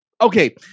Okay